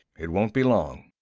it won't be long.